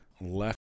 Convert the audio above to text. left